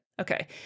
Okay